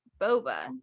Boba